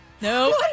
No